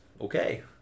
Okay